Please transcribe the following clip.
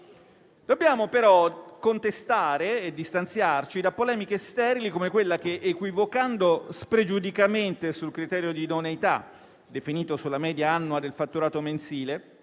Dobbiamo però contestare e distanziarci da polemiche sterili come quella che, equivocando spregiudicatamente sul criterio di idoneità definito sulla media annua del fatturato mensile,